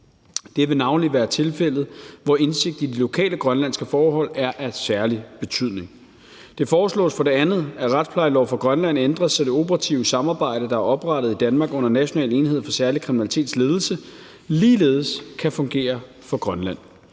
Det vil navnlig være tilfældet, hvor indsigt i de lokale grønlandske forhold er af særlig betydning. Det foreslås for det andet, at retsplejelov for Grønland ændres, så det operative samarbejde, der er oprettet i Danmark under National enhed for Særlig Kriminalitets ledelse, ligeledes kan fungere for Grønland.